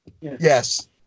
Yes